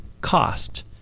cost